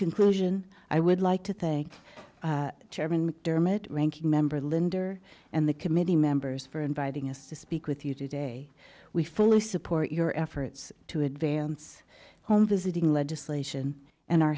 conclusion i would like to thank chairman dermot ranking member linder and the committee members for inviting us to speak with you today we fully support your efforts to advance home visiting legislation and are